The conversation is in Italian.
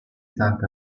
santa